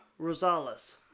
Rosales